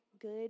good